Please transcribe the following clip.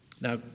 Now